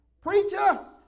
preacher